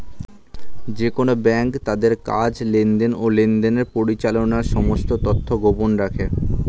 যেকোন ব্যাঙ্ক তাদের কাজ, লেনদেন, ও লেনদেনের পরিচালনার সমস্ত তথ্য গোপন রাখে